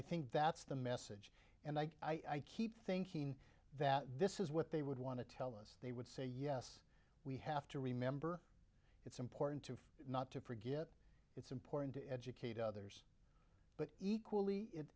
i think that's the message and i keep thinking that this is what they would want to tell us they would say yes we have to remember it's important to not to forget it's important to educate others but equally it